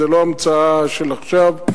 זאת לא המצאה של עכשיו,